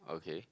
okay